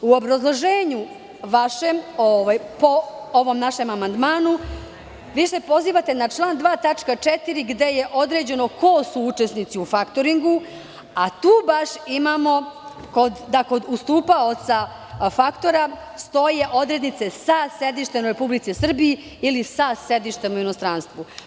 U vašem obrazloženju po našem amandmanu pozivate se na član 2. tačka 4. gde je određeno ko su učesnici u faktoringu, a tu kod ustupaoca faktora stoje odrednice sa sedištem u Republici Srbiji ili sa sedištem u inostranstvu.